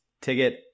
ticket